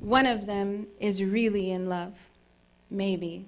one of them is really in love maybe